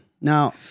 Now